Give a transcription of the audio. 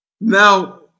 now